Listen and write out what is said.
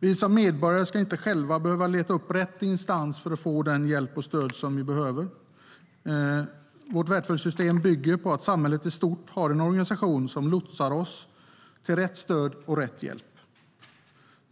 Vi som medborgare ska inte själva behöva leta upp rätt instans för att få den hjälp och det stöd som vi behöver. Vårt välfärdssystem bygger på att samhället i stort har en organisation som lotsar oss till rätt stöd och hjälp.